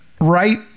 right